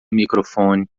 microfone